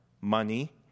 money